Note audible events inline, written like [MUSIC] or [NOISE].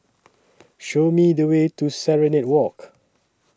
[NOISE] Show Me The Way to Serenade Walk